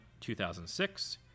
2006